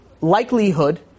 likelihood